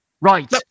right